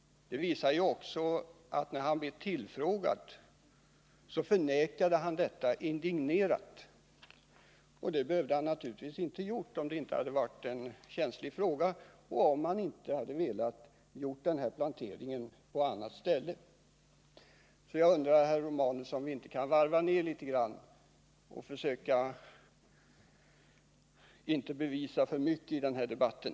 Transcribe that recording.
Det visade sig bl.a. av att han när han sedan blev tillfrågad, indignerat förnekade detta. Det behövde han naturligtvis inte ha gjort, om det inte hade gällt en känslig fråga och om han inte i stället hade velat göra denna plantering på något annat ställe. Jag undrar därför, herr Romanus, om vi inte skall varva ned debatten litet grand och försöka undvika att bevisa alltför mycket.